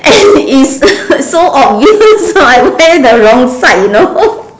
and is so obvious I wear the wrong side you know